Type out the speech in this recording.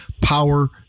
power